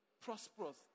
prosperous